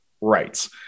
rights